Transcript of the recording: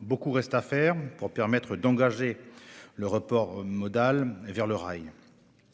Beaucoup reste à faire pour engager le report modal vers le rail.